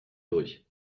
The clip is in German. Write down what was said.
durch